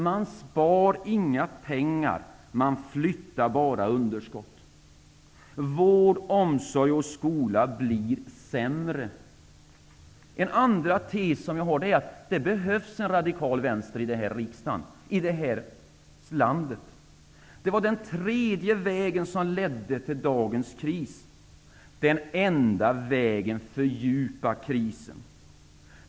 Man sparar inga pengar. Man flyttar bara underskott. Vår omsorg och skola blir sämre. En andra tes som jag har är att det i denna riksdag och i detta land behövs en radikal vänster. Det var den tredje vägens politik som ledde till dagens kris. Den enda vägen fördjupade krisen.